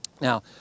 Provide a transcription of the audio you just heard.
Now